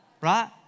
Right